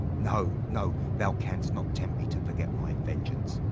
no, no thou canst not tempt me to forget my vengeance.